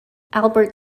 albert